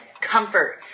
comfort